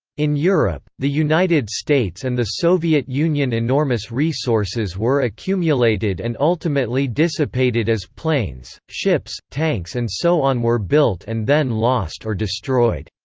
in europe, the united states and the soviet union enormous resources were accumulated and ultimately dissipated as planes, ships, tanks and so on were built and then lost or destroyed.